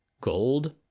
gold